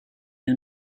nhw